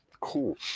Cool